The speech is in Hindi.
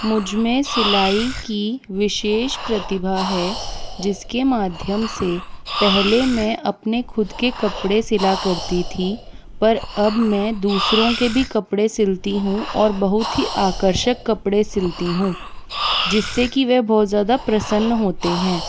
मुझमें सिलाई की विशेष प्रतिभा है जिसके माध्यम से पहले मैं अपने खुद के कपड़े सिला करती थी पर अब मैं दूसरों के भी कपड़े सिलती हूँ और बहुत ही आकर्षक कपड़े सिलती हूँ जिससे कि वे बहुत ज़्यादा प्रसन्न होते हैं